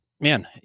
man